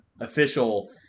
official